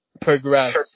progress